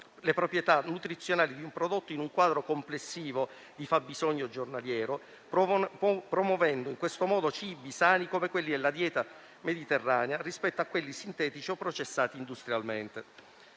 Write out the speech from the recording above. le proprietà nutrizionali di un prodotto in un quadro complessivo di fabbisogno giornaliero, promuovendo in questo modo cibi sani come quelli della dieta mediterranea rispetto a quelli sintetici o processati industrialmente.